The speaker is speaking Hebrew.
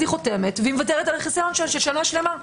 אז היא חותמת ומוותרת על החיסיון של שנה שלמה,